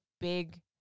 big